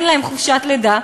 כי אין להן חופשת לידה,